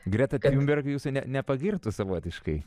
greta tiumberg jūs ne nepagirtų savotiškai